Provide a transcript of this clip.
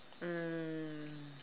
um